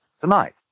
tonight